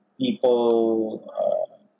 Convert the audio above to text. people